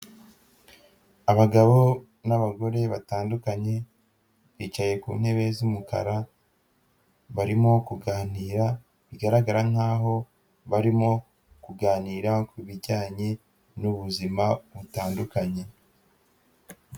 Abagabo n'abagore batandukanye bicaye ku ntebe z'umukara barimo kuganira, bigaragara nkaho barimo kuganira kubijyanye n'ubuzima butandukanye.